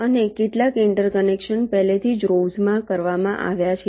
અને કેટલાક ઇન્ટરકનેક્શન પહેલાથી જ રોવ્સ માં કરવામાં આવ્યા છે